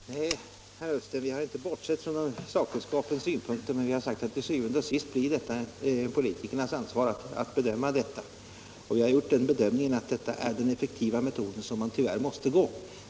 Herr talman! Nej, herr Ullsten, vi har inte bortsett från sakkunskapens synpunkter, men vi har sagt att det til syvende og sidst blir politikernas ansvar att bedöma detta. Vi har gjort bedömningen att detta är den effektiva metoden, som man tyvärr måste använda.